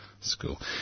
school